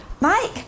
Mike